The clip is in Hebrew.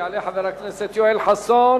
יעלה חבר הכנסת יואל חסון,